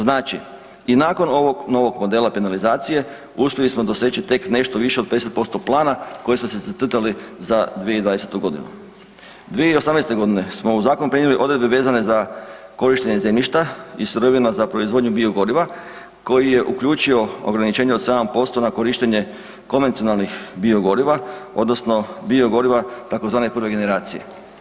Znači i nakon ovog novog modela penalizacije, uspjeli smo doseći tek nešto više od 50% plana koji smo si zacrtali za 2020. g. 2018. g. smo u zakon prenijeli odredbe vezano za korištenje zemljišta i strojevima za proizvodnju biogoriva koji je uključio ograničenje od 7% na korištenje konvencionalnih biogoriva, odnosno bio goriva tzv. prve generacije.